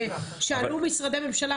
ושאלו משרדי ממשלה,